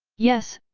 yes,